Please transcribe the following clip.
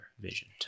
vision